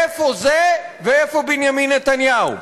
איפה זה ואיפה בנימין נתניהו?